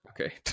Okay